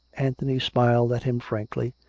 anthony smiled at him frankly.